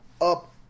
up